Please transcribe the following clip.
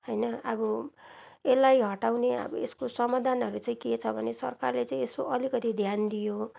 होइन अब यसलाई हटाउने अब यसको समाधानहरू चाहिँ के छ भने सरकारले चाहिँ यसो अलिकति ध्यान दियो